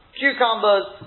cucumbers